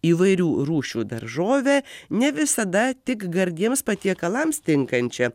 įvairių rūšių daržovę ne visada tik gardiems patiekalams tinkančią